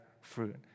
fruit